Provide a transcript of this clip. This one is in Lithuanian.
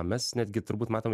mes netgi turbūt matom